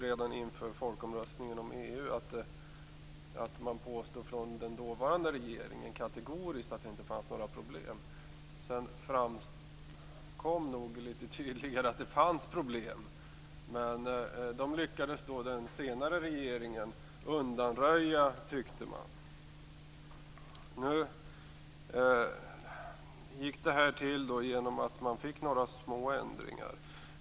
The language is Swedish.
Redan inför folkomröstningen om EU påstod man kategoriskt från den dåvarande regeringen att det inte fanns några problem. Sedan framkom litet tydligare att det fanns problem. Dem lyckades den senare regeringen undanröja, tyckte man. Detta skedde genom att man fick igenom några små ändringar.